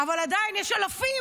אבל עדיין יש אלפים